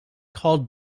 called